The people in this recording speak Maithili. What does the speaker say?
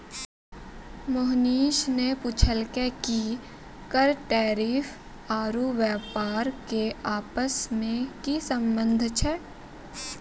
मोहनीश ने पूछलकै कि कर टैरिफ आरू व्यापार के आपस मे की संबंध छै